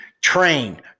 train